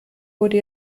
wurde